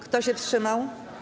Kto się wstrzymał?